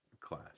class